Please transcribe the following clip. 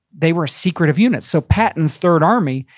they were a secretive unit so patton's third army,